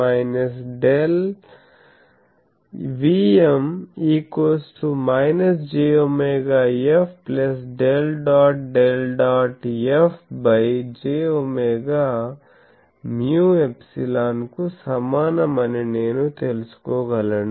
HF jωF ∇ Vm jωF ∇∇ dot F jωμ∈ కు సమానం అని నేను తెలుసుకో గలను